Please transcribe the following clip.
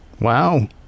Wow